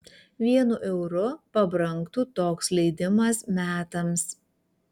vienu euru pabrangtų toks leidimas metams